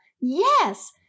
Yes